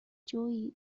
جویی